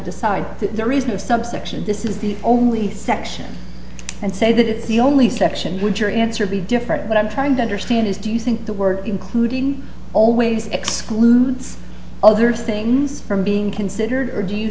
decide that there is no subsection this is the only section and say that it's the only section would your answer be different what i'm trying to understand is do you think the word including always excludes other things from being considered or do you